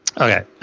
Okay